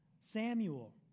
Samuel